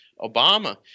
Obama